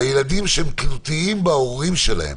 ואני מזכיר שמדובר בילדים שהם תלותיים בהורים שלהם,